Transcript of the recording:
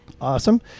Awesome